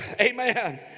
amen